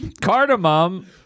Cardamom